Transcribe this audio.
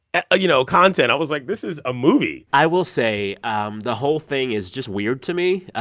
and you know, content. i was like, this is a movie i will say um the whole thing is just weird to me.